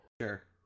Sure